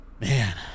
man